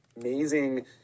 Amazing